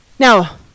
now